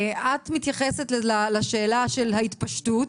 את מתייחסת לשאלה של ההתפשטות,